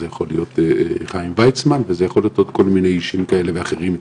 זה יכול להיות חיים ויצמן ועוד כל מיני אישים כאלה ואחרים.